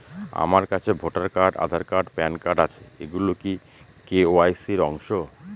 আমার কাছে voter card Aadhaar card PAN card আছে এগুলো কি কে.ওয়াই.সি র অংশ?